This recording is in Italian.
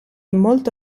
molto